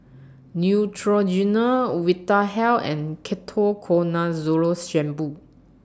Neutrogena Vitahealth and Ketoconazole Shampoo